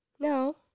No